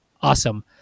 awesome